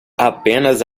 apenas